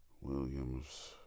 Williams